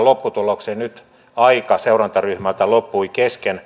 nyt aika seurantaryhmältä loppui kesken